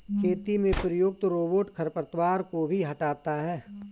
खेती में प्रयुक्त रोबोट खरपतवार को भी हँटाता है